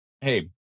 hey